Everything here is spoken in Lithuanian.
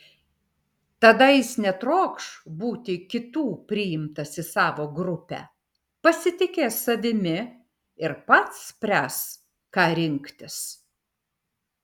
tada jis netrokš būti kitų priimtas į savo grupę pasitikės savimi ir pats spręs ką rinktis